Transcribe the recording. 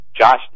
Josh